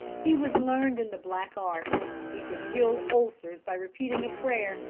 he was learned in the black arts he could heal ulcers by repeating a prayer,